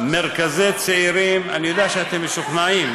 אני יודע שאתם משוכנעים,